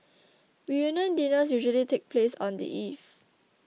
reunion dinners usually take place on the eve